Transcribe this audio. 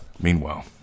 Meanwhile